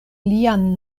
lian